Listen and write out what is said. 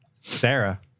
Sarah